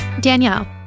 Danielle